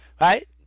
right